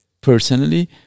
personally